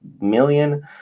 million